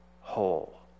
whole